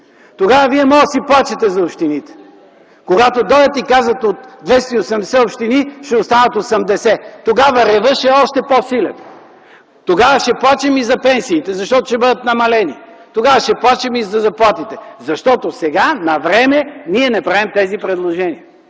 Тогава вие може да си плачете за общините! Когато дойдат и кажат: от 280 общини ще останат 80. Тогава ревът ще е още по-силен! Тогава ще плачем и за пенсиите, защото ще бъдат намалени! Тогава ще плачем и за заплатите! Защото сега, навреме ние не правим тези предложения.